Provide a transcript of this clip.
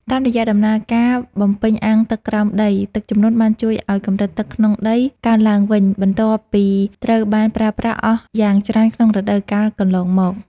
តាមរយៈដំណើរការបំពេញអាងទឹកក្រោមដី ទឹកជំនន់បានជួយឱ្យកម្រិតទឹកក្នុងដីកើនឡើងវិញ បន្ទាប់ពីត្រូវបានប្រើប្រាស់អស់យ៉ាងច្រើនក្នុងរដូវកាលកន្លងមក។